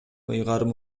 ыйгарым